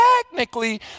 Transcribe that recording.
technically